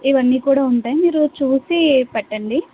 ఇవన్నీ కూడా ఉంటాయి మీరు చూసి పెట్టండి